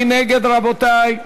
מי נגד, רבותי?